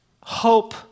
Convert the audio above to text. hope